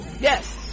yes